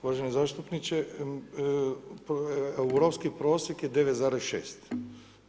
Uvaženi zastupniče, europski prosjek je 9,6.